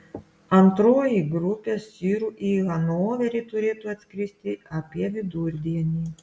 antroji grupė sirų į hanoverį turėtų atskristi apie vidurdienį